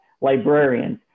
librarians